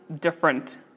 different